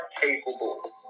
capable